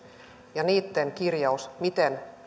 ja kirjaus siitä miten